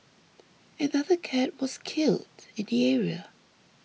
another cat was killed in the area